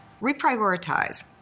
reprioritize